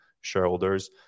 shareholders